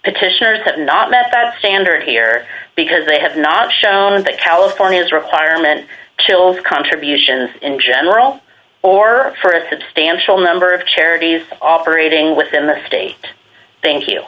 petitioners have not met that standard here because they have not shown that california has requirement chills contributions in general or for a substantial number of charities operating within the state thank you